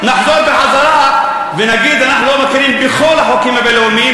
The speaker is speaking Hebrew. נחזור ונגיד: אנחנו לא מכירים בחוק הבין-לאומי,